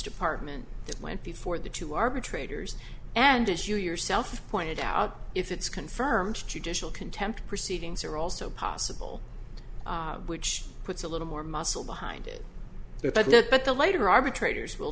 department that went before the two arbitrators and as you yourself pointed out if it's confirmed judicial contempt proceedings are also possible which puts a little more muscle behind it but the lighter arbitrators will